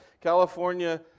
California